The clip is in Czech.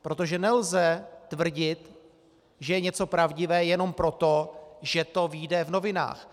Protože nelze tvrdit, že je něco pravdivé, jenom proto, že to vyjde v novinách.